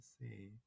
see